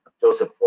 Joseph